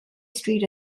street